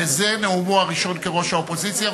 וזה נאומו הראשון כראש האופוזיציה,